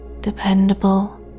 dependable